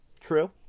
true